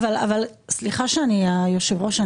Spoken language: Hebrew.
היושב ראש,